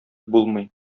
булмый